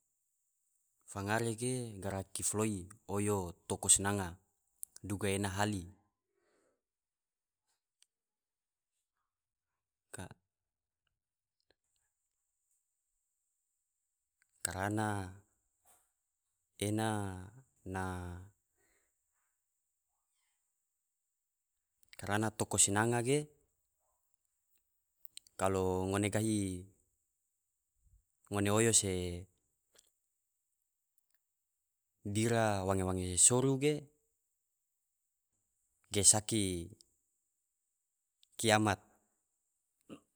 Fangare ge garaki foloi oyo toko sinanga duga ena hali, karana toko sinanga ge kalo ngone gahi, ngone oyo se bira wange-wange soru ge saki kiamat.